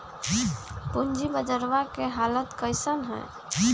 पूंजी बजरवा के हालत कैसन है?